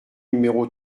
numéro